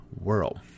world